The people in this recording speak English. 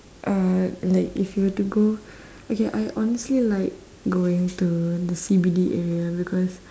uh like if you were to go okay I honestly like going to the C_B_D area because